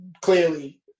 clearly